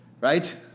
right